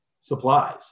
supplies